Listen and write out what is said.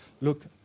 look